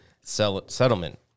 settlement